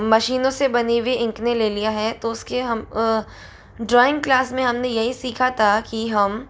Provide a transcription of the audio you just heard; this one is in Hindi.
मशीनों से बनी हुई इंक ने ले लिया है तो उसके हम ड्रॉइंग क्लास में हमने यही सीखा था कि हम